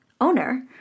owner